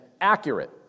accurate